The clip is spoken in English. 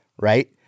Right